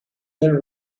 then